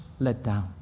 letdown